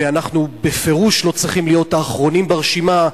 אנחנו בפירוש לא צריכים להיות האחרונים ברשימה,